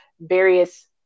various